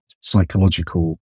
psychological